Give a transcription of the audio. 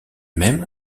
même